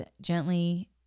gently